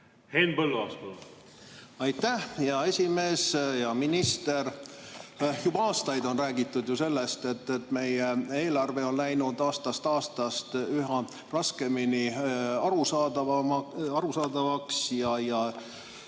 Henn Põlluaas, palun! Aitäh, hea esimees! Hea minister! Juba aastaid on räägitud sellest, et meie eelarve on läinud aastast aastasse üha raskemini arusaadavaks ja